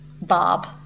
Bob